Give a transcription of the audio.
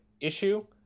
issue